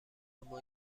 اما